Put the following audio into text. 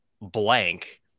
blank